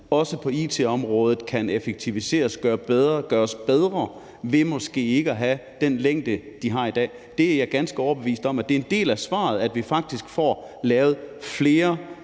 også på it-området, kan effektiviseres og gøres bedre ved måske ikke at have den længde, de har i dag, er jeg ganske overbevist om er en del af svaret – altså at vi faktisk får uddannet flere